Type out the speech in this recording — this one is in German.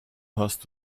hörst